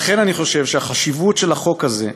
לכן, אני חושב שהחשיבות של החוק הזה,